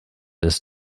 ist